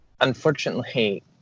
unfortunately